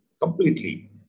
Completely